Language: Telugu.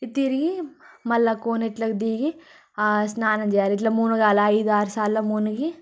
ఈ తిరిగీ మళ్ళీ ఆ కోనేరులోకి దిగి ఆ స్నానం చేయాలి ఇట్లా మునగాలి ఐదు ఆరు సార్లు మునిగి